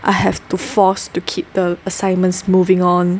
I have to force to keep the assignments moving on